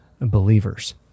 believers